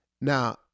Now